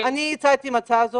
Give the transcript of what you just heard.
אני הצעתי את ההצעה הזאת.